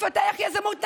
נפתח יזמות נדל"נית.